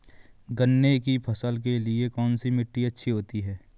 गन्ने की फसल के लिए कौनसी मिट्टी अच्छी होती है?